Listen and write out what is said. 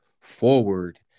forward